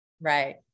Right